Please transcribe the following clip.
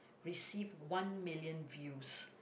receive one million views